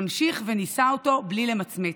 נמשיך ונישא אותו בלי למצמץ.